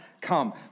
come